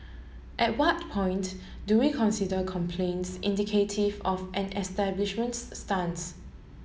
at what point do we consider complaints indicative of an establishment's stance